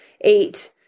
eight